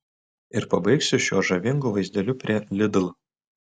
ir pabaigsiu šiuo žavingu vaizdeliu prie lidl